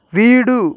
வீடு